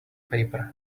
paper